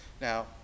Now